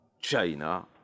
China